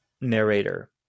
narrator